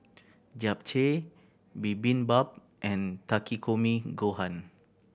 Japchae Bibimbap and Takikomi Gohan